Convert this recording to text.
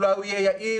אולי הוא יהיה יעיל,